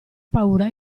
paura